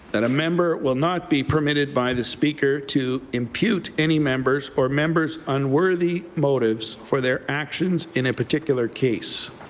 that a member will not be permitted by the speaker to impute any members or members unworthy motives for their actions in a particular case.